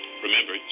Remember